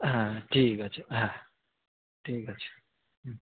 হ্যাঁ ঠিক আছে হ্যাঁ ঠিক আছে হুম